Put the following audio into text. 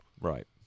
right